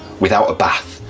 without a bath,